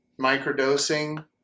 microdosing